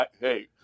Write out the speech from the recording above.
hey